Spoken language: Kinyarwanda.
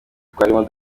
twarimo